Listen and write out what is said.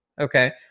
okay